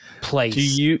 place